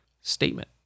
statement